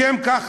לשם כך,